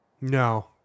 No